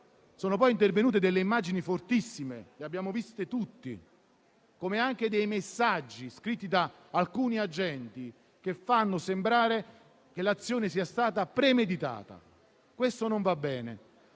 sono intervenute delle immagini fortissime, che tutti abbiamo visto, e anche dei messaggi scritti da alcuni agenti che fanno sembrare che l'azione sia stata premeditata. Questo non va bene,